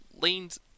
lanes